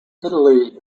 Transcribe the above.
italy